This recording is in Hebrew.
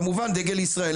כמובן דגל ישראל,